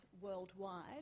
worldwide